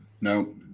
No